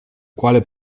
quale